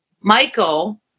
Michael